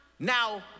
Now